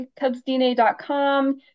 cubsdna.com